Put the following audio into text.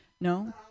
No